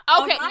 Okay